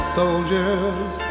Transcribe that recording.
soldiers